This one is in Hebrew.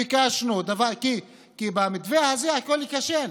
ביקשנו, כי במתווה הזה הכול ייכשל,